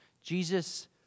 Jesus